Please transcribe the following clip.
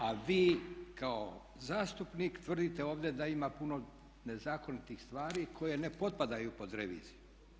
A vi kao zastupnik tvrdite ovdje da ima puno nezakonitih stvari koje ne potpadaju pod reviziju.